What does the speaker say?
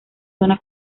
zona